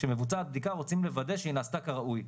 כשמבוצעת בדיקה, רוצים לוודא שהיא נעשתה כראוי.